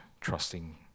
trusting